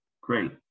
Great